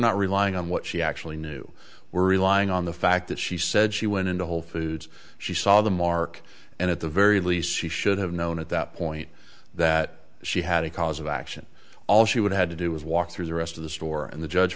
not relying on what she actually knew we're relying on the fact that she said she went into whole foods she saw the mark and at the very least she should have known at that point that she had a cause of action all she would had to do was walk through the rest of the store and the judge